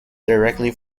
directly